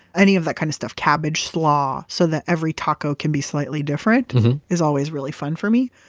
any of that kind of stuff, cabbage slaw, so that every taco can be slightly different is always really fun for me.